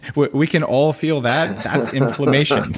but we can all feel that, that's inflammation.